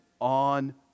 on